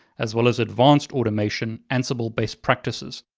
as well as advanced automation, ansible best practices.